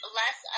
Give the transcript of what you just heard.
less